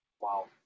Wow